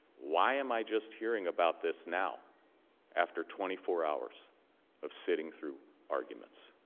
why am i just hearing about this now after twenty four hours of sitting through arguments?